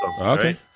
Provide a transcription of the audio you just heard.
Okay